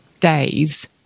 days